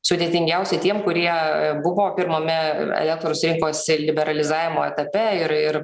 sudėtingiausia tiem kurie buvo pirmame elektros rinkos liberalizavimo etape ir ir